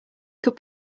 could